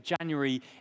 January